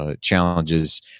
challenges